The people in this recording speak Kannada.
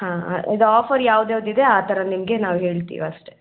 ಹಾಂ ಹಾಂ ಇದು ಆಫರ್ ಯಾವ್ದ್ಯಾವ್ದು ಇದೆ ಆ ಥರ ನಿಮಗೆ ನಾವು ಹೇಳ್ತೀವಿ ಅಷ್ಟೇ